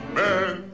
man